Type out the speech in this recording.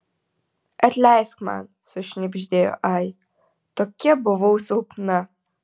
atleisk man sušnibždėjo ai tokia buvau silpna